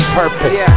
purpose